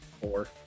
Four